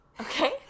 Okay